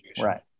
Right